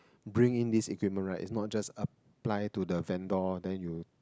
bring in this equipment right it's not just apply to the vendor then you